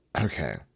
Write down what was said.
Okay